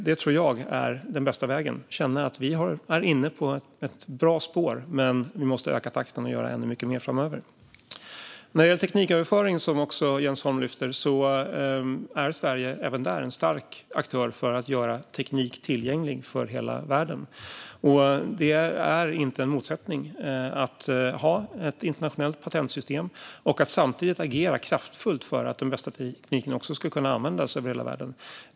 Det tror jag är den bästa vägen: att känna att vi är inne på ett bra spår men måste öka takten och göra ännu mycket mer framöver. När det gäller tekniköverföring som Jens Holm lyfter fram är Sverige även där en stark aktör för att göra teknik tillgänglig för hela världen. Det är inte en motsättning att ha ett internationellt patentsystem och att samtidigt agera kraftfullt för att den bästa tekniken också ska kunna användas över hela världen.